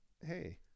Hey